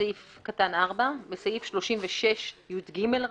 (4)בסעיף 36יג,